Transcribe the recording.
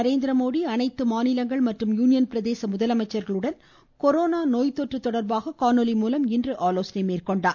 நரேந்திரமோடி அனைத்து மாநிலங்கள் மற்றும் யூனியன் பிரதேச முதலமைச்சர்களுடன் கொரோனா நோய் தொற்று தொடர்பாக காணொலி மூலம் இன்று ஆலோசனை மேற்கொண்டார்